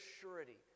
surety